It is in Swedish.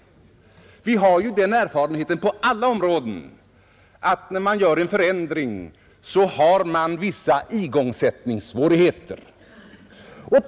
Vi har ju den erfarenheten på alla områden att när man gör en förändring så har man vissa igångsättningssvårigheter.